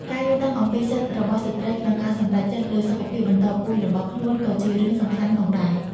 ការយល់ដឹងអំពីសិទ្ធិរបស់ស្ត្រីក្នុងការសម្រេចចិត្តលើសុខភាពបន្តពូជរបស់ខ្លួនក៏ជារឿងសំខាន់ផងដែរ។